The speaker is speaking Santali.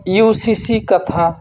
ᱤᱭᱩ ᱥᱤ ᱥᱤ ᱠᱟᱛᱷᱟ